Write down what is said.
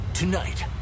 Tonight